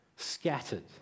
scattered